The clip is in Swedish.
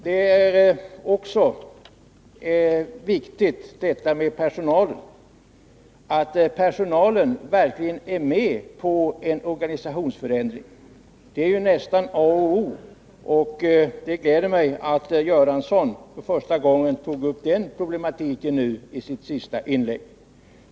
Det är också viktigt att personalen verkligen ställer sig bakom en organisationsförändring. Det är ju nästan A och O. Det gläder mig att Olle Göransson för första gången tog upp den problematiken i sitt sista inlägg.